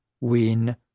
win